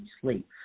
sleep